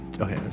okay